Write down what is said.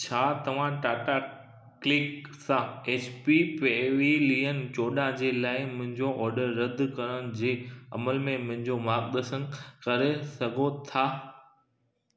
छा तव्हां टाटा क्लिक सां एच पी पेविलियन चोॾाहं जे लाइ मुंहिंजो ऑर्डर रद्द करणु जे अमल में मुंहिंजो मार्ग दर्शन करे सघो था